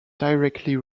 directly